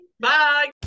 Bye